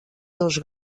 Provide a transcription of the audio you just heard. dos